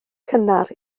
cynnar